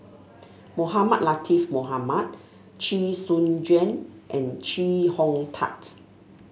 Mohamed Latiff Mohamed Chee Soon Juan and Chee Hong Tat